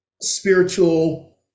spiritual